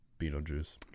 Beetlejuice